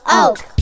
oak